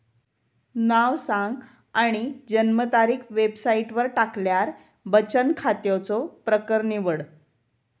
नाव सांग आणि जन्मतारीख वेबसाईटवर टाकल्यार बचन खात्याचो प्रकर निवड